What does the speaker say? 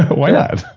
but why not?